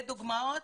אלה דוגמאות.